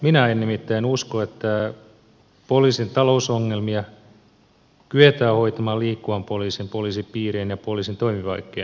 minä en nimittäin usko että poliisin talousongelmia kyetään hoitamaan liikkuvan poliisin poliisipiirien ja poliisin toimipaikkojen lakkauttamisella